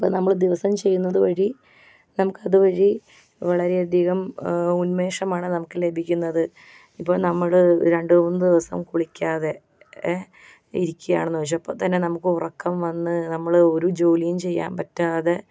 അപ്പം നമ്മൾ ദിവസം ചെയ്യുന്നത് വഴി നമുക്കത് വഴി വളരേയധികം ഉന്മേഷമാണ് നമുക്ക് ലഭിക്കുന്നത് ഇപ്പം നമ്മൾ രണ്ട് മൂന്ന് ദിവസം കുളിക്കാതെ ങേ ഇരിക്കുവാണെന്ന് വച്ചോ അപ്പം തന്നെ നമുക്ക് ഉറക്കം വന്ന് ഒരു ജോലിയും ചെയ്യാൻ പറ്റാതെ